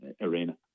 arena